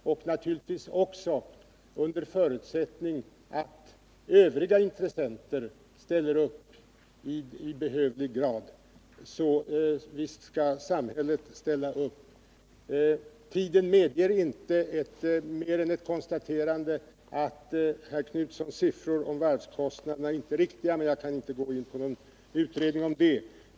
Detta naturligtvis under förutsättning att också övriga intressenter ställer upp i behövlig grad. Tiden medger inte mer än ett konstaterande att herr Knutsons siffror om varvskostnaderna inte är riktiga. Jag kan inte gå in på någon utredning om det.